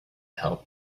help